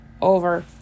Over